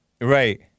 right